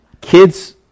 kids